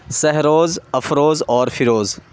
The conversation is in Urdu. سہروز افروز اور فیروز